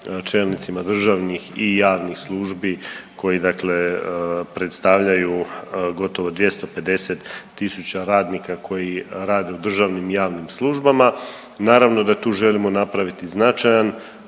čelnicima državnih i javnih službi koji dakle predstavljaju gotovo 250.000 radnika koji rade u državnim i javnim službama. Naravno da tu želimo napraviti značajan